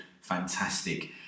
fantastic